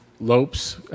lopes